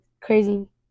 crazy